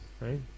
Right